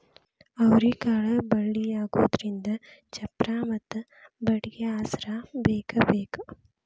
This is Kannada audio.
ಅವ್ರಿಕಾಳು ಬಳ್ಳಿಯಾಗುದ್ರಿಂದ ಚಪ್ಪರಾ ಮತ್ತ ಬಡ್ಗಿ ಆಸ್ರಾ ಬೇಕಬೇಕ